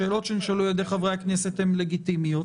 השאלות שנשאלו על ידי חברי הכנסת הן לגיטימיות.